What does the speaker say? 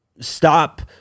stop